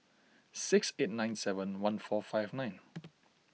six eight nine seven one four five nine